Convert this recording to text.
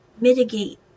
mitigate